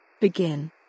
Begin